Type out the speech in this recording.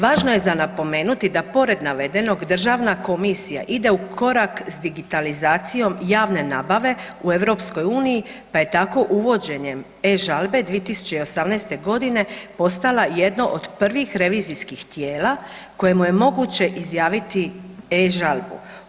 Važno je za napomenuti da pored navedenog Državna komisija ide u korak s digitalizacijom javne nabave u EU, pa je tako uvođenje e-žalbe 2018. g., postala jedno od prvih revizijskih tijela kojemu je moguće izjaviti e-žalbu.